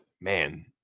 man